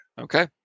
Okay